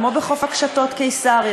כמו בחוף-הקשתות קיסריה,